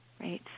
Right